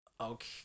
okay